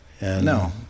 No